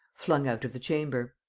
flung out of the chamber.